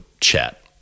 chat